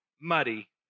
muddy